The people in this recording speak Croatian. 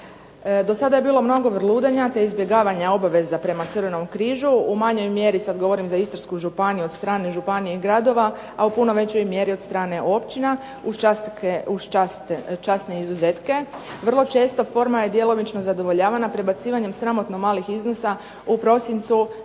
Dosada je bilo mnogo vrludanja te izbjegavanja obaveza prema Crvenom križu, u manjoj mjeri, sad govorim za Istarsku županiju, od strane županije i gradova, a u puno većoj mjeri od strane općina uz časne izuzetke. Vrlo često forma je djelomično zadovoljavana prebacivanjem sramotno malih iznosa u prosincu